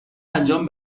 انجام